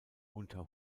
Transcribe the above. unter